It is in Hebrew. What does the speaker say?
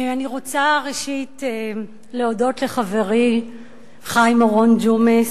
ראשית אני רוצה להודות לחברי חיים אורון, ג'ומס,